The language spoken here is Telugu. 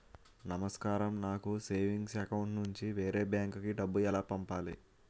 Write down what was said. నమస్కారం నాకు సేవింగ్స్ అకౌంట్ నుంచి వేరే బ్యాంక్ కి డబ్బు ఎలా పంపాలి?